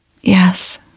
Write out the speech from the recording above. Yes